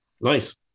Nice